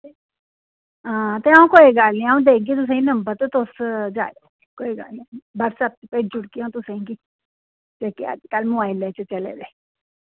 हां ते अ'ऊं कोई गल्ल निं अ'ऊं देगी तुसें नंबर ते तुस जाएओ कोई गल्ल निं व्हाट्सऐप भेजी ओड़गी अ'ऊं तुसेंगी जेह्के अजकल मोबाइलें च चले दे